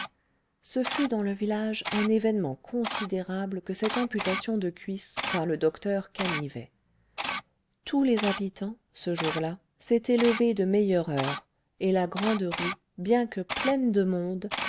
ce fut dans le village un événement considérable que cette amputation de cuisse par le docteur canivet tous les habitants ce jour-là s'étaient levés de meilleure heure et la grande-rue bien que pleine de monde